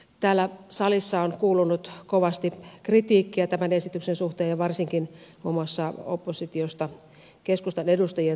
täällä salissa on kuulunut kovasti kritiikkiä tämän esityksen suhteen ja varsinkin muun muassa oppositiosta keskustan edustajien toimesta